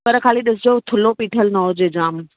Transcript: पर ख़ाली ॾिसजो थुल्हो पीठल न हुजे जाम